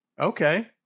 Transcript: Okay